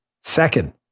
Second